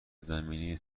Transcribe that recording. زمینه